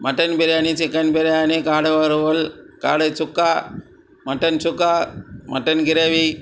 mutton biryani chicken biryani காடை வறுவல் காடை சுக்கா மட்டன் சுக்கா மட்டன் கிரேவி